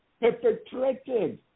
perpetrated